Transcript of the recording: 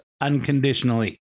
unconditionally